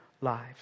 lives